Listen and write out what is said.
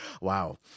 Wow